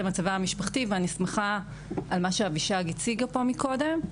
למצבה המשפחתי ואני שמחה על מה שאבישג הציגה פה מקודם.